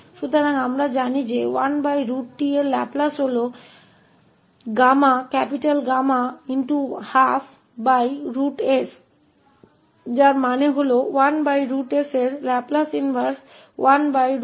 तो हम जानते हैं कि 1t का लाप्लास Γ 1 2 s है जिसका अर्थ है कि 1s बटा 1 वर्गमूल s का लाप्लास व्युत्क्रम 1t𝜋 है